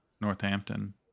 Northampton